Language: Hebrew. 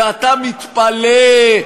ואתה מתפלא,